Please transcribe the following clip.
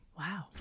Wow